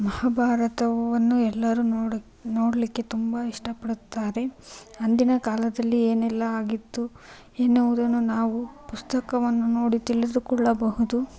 ಮಹಾಭಾರತವನ್ನು ಎಲ್ಲರೂ ನೋಡ ನೋಡಲಿಕ್ಕೆ ತುಂಬ ಇಷ್ಟಪಡುತ್ತಾರೆ ಅಂದಿನ ಕಾಲದಲ್ಲಿ ಏನೆಲ್ಲ ಆಗಿತ್ತು ಎನ್ನುವುದನ್ನು ನಾವು ಪುಸ್ತಕವನ್ನು ನೋಡಿ ತಿಳಿದುಕೊಳ್ಳಬಹುದು